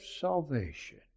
salvation